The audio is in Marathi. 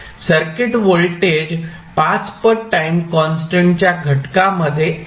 सर्किट व्होल्टेज 5 पट टाईम कॉन्स्टंटच्या घटकामध्ये आहे